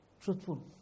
Truthful